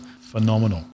phenomenal